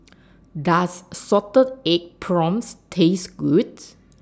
Does Salted Egg Prawns Taste goods